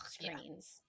screens